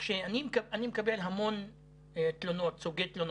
אני מקבל המון סוגי תלונות,